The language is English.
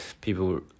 people